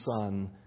Son